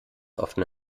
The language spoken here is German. offene